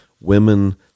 women